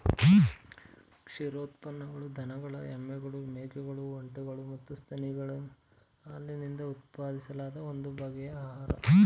ಕ್ಷೀರೋತ್ಪನ್ನಗಳು ದನಗಳು ಎಮ್ಮೆಗಳು ಮೇಕೆಗಳು ಒಂಟೆಗಳು ಮತ್ತು ಸಸ್ತನಿಗಳ ಹಾಲಿನಿಂದ ಉತ್ಪಾದಿಸಲಾದ ಒಂದು ಬಗೆಯ ಆಹಾರ